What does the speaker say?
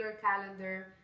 calendar